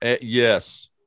Yes